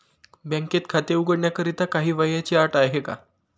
बँकेत खाते उघडण्याकरिता काही वयाची अट आहे का?